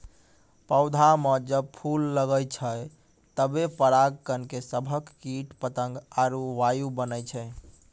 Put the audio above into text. पौधा म जब फूल लगै छै तबे पराग कण के सभक कीट पतंग आरु वायु बनै छै